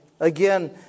again